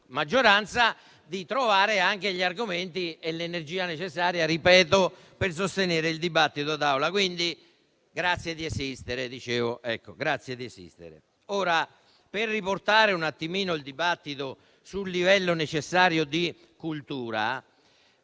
maggioranza, di trovare gli argomenti e l'energia necessaria per sostenere il dibattito d'Aula. Quindi grazie di esistere, dicevo. Ora, per riportare un attimino il dibattito sul necessario livello di cultura,